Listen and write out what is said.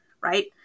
right